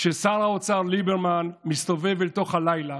כששר האוצר ליברמן מסתובב אל תוך הלילה